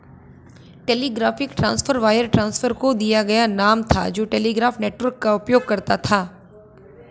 telegraphic transfer wire transfer को दिया गया नाम था जो टेलीग्राफ नेटवर्क का उपयोग करता था